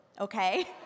okay